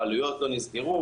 העלויות לא נסגרו,